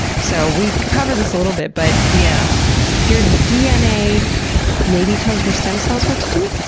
so, we covered this a little bit, but yeah your dna maybe tells your stem cells what to do?